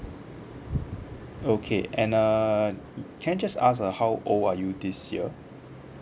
okay and err can I just ask uh how old are you this year